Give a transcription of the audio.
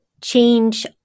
change